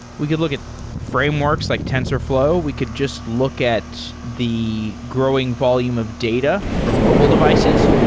we could look at frameworks like tensorflow. we could just look at the growing volume of data from mobile devices.